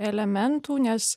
elementų nes